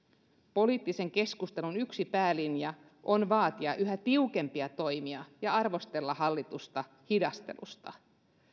poliittisen keskustelun yksi päälinja on vaatia yhä tiukempia toimia ja arvostella hallitusta hidastelusta